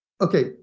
okay